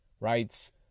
writes